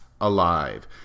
alive